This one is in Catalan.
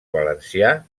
valencià